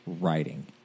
writing